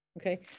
Okay